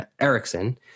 Erickson